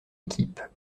équipe